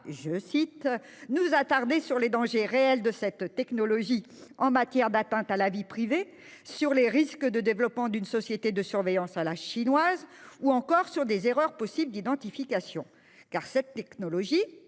pas « nous attarder sur les dangers réels de cette technologie en matière d'atteinte à la vie privée, sur les risques de développement d'une société de surveillance à la chinoise ou encore sur les erreurs possibles d'identification.